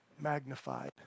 magnified